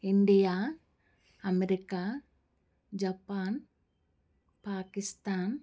India America Japan Pakistan